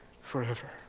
forever